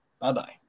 bye-bye